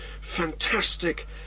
fantastic